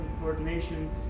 coordination